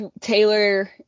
Taylor